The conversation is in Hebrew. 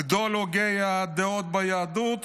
גדול הוגי הדעות ביהדות